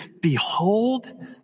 behold